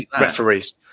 referees